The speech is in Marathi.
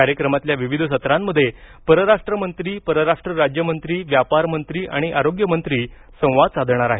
कार्यक्रमातल्या विविध सत्रांमध्ये परराष्ट्र मंत्री परराष्ट्र राज्य मंत्री व्यापार मंत्री आणि आरोग्य मंत्री संवाद साधणार आहेत